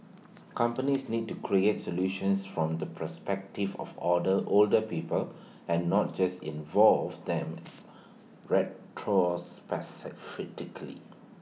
companies need to create solutions from the perspective of older older people and not just involve them